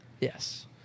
Yes